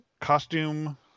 costume